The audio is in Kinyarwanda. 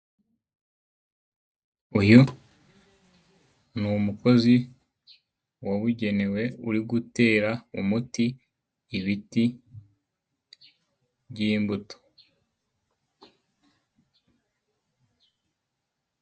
Uyu ni umukozi wabugenewe uri gutera umuti ibiti by'imbuto.